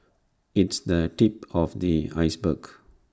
it's the tip of the iceberg